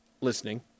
listening